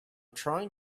trying